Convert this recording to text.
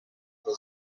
ngo